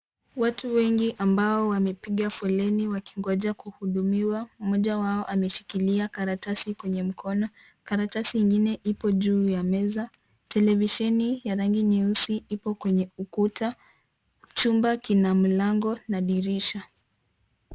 Watu wengi ambao wamepiga foleni wakingoja kuhudumiwa. Mmoja wao ameshikilia karatasi kwenye mkono. Karatasi ingine ipo juu ya meza. Televisheni ya rangi nyeusi ipo kwenye ukuta. Chumba kina mlango na dirisha.